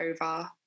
over